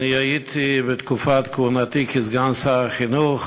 בתקופת כהונתי כסגן שר החינוך